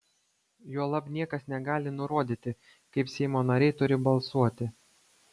juolab niekas negali nurodyti kaip seimo nariai turi balsuoti